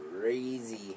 crazy